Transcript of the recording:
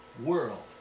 world